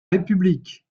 république